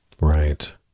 Right